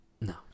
No